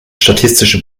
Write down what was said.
statistische